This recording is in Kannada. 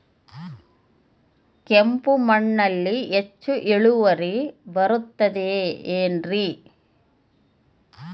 ಕೆಂಪು ಮಣ್ಣಲ್ಲಿ ಹೆಚ್ಚು ಇಳುವರಿ ಬರುತ್ತದೆ ಏನ್ರಿ?